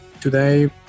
today